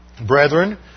Brethren